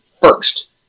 first